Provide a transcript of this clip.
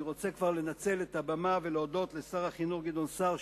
אני רוצה כבר לנצל את הבימה ולהודות לשר החינוך גדעון סער,